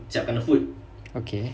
okay